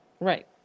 right